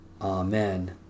Amen